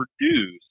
produce